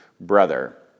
brother